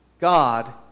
God